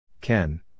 Ken